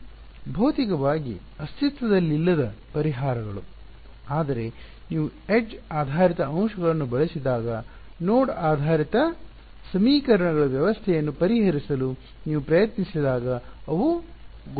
ಭೌತಿಕವಾಗಿ ಅಸ್ತಿತ್ವದಲ್ಲಿಲ್ಲದ ಪರಿಹಾರಗಳು ಆದರೆ ನೀವು ಎಡ್ಜ್ ಆಧಾರಿತ ಅಂಶಗಳನ್ನು ಬಳಸಿದಾಗ ನೋಡ್ ಆಧಾರಿತ ಸಮೀಕರಣಗಳ ವ್ಯವಸ್ಥೆಯನ್ನು ಪರಿಹರಿಸಲು ನೀವು ಪ್ರಯತ್ನಿಸಿದಾಗ ಅವು ಗೋಚರಿಸುತ್ತವೆ